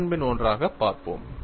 ஒன்றன் பின் ஒன்றாக பார்ப்போம்